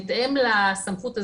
בהתאם לסמכות הזאת,